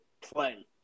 play